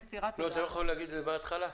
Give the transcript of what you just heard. הייתם יכולים להגיד את זה בהתחלה.